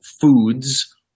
foods